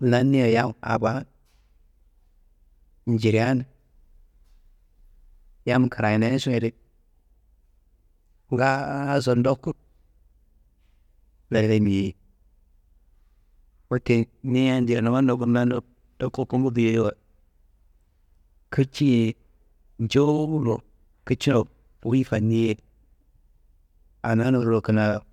naniya yam abaa, njirean yam kireneasoyi di, ngaaso ndoku daye miyeyi. Wette ni yan njirnuma ndoku nanno ndoku kumbu biyoyi wa kiciye, jowuro kiciro wuyi kiciya fanniyiye ana lorro kina.